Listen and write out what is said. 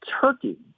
Turkey